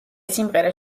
სიმღერა